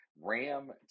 Ram